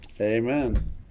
amen